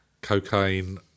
Cocaine